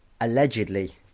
Allegedly